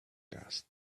cast